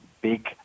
big